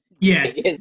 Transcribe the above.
Yes